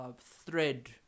thread